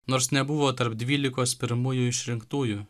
nors nebuvo tarp dvylikos pirmųjų išrinktųjų